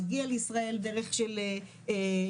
מגיע לישראל דרך של ייבוא,